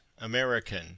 American